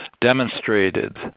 demonstrated